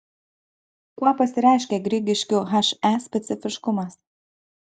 kuo pasireiškia grigiškių he specifiškumas